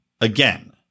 Again